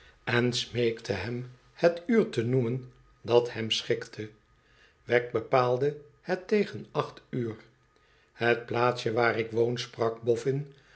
en smeekte hem het uur te noemen dat hem schikte wegg bepaalde het tegen acht uur het plaatsje waar ik woon sprak boftin